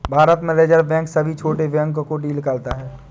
भारत में reserve bank सभी छोटे बैंक को डील करता है